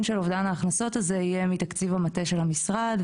של אובדן ההכנסות הזה יהיה מתקציב המטה של המשרד,